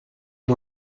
you